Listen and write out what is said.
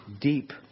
deep